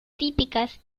típicas